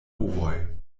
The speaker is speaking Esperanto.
ovoj